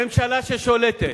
ממשלה ששולטת.